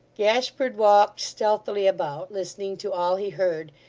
gashford walked stealthily about, listening to all he heard,